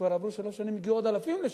וכבר עברו שלוש שנים, הגיעו עוד אלפים לשם.